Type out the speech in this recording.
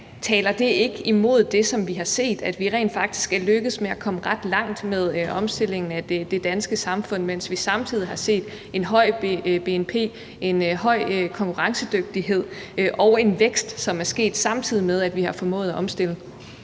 Taler det ikke imod det, vi har set, nemlig at vi rent faktisk er lykkedes med at komme ret langt med omstillingen af det danske samfund, mens vi samtidig har set en høj bnp og en høj konkurrencedygtighed og vækst, som er sket, samtidig med at vi har formået at omstille?